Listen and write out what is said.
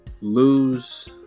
lose